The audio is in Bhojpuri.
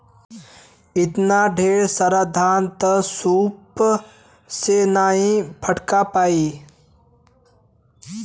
एतना ढेर सारा धान त सूप से नाहीं फटका पाई